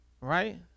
right